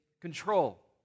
control